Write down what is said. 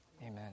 amen